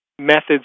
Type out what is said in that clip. methods